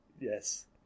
Yes